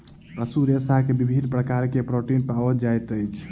पशु रेशा में विभिन्न प्रकार के प्रोटीन पाओल जाइत अछि